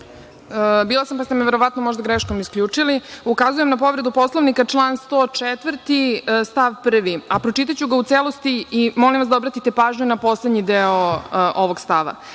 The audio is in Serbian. Bila sam, pa ste me verovatno možda greškom isključili. Ukazujem na povredu Poslovnika, član 104. stav 1. Pročitaću ga u celosti i molim vas da obratite pažnju na poslednji deo ovog stava